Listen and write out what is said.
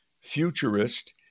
futurist